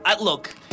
look